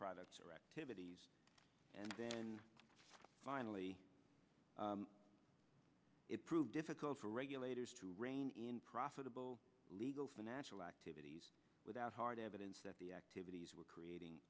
products or activities and then finally it proved difficult for regulators to reign in profitable legal financial activities without hard evidence that the activities were creating